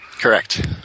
Correct